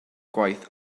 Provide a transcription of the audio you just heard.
gwaith